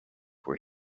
where